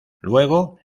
luego